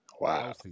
Wow